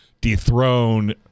dethrone